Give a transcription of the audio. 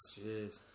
Jeez